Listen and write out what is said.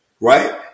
right